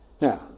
Now